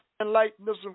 Enlightenment